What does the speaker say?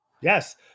Yes